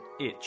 itch